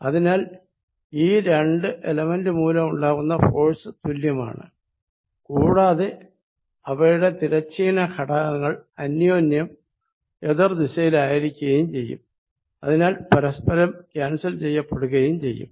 അതിനാൽ ഈ രണ്ടു എലമെന്റ് മൂലമുണ്ടാകുന്ന ഫോഴ്സ് തുല്യമാണ് കൂടാതെ അവയുടെ തിരശ്ചീന ഘടകങ്ങൾ അന്യോന്യം എതിർ ദിശയിലായിരിക്കുകയും അതിനാൽ പരസ്പരം ക്യാൻസൽ ചെയ്യപ്പെടുകയും ചെയ്യും